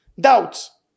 Doubts